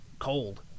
cold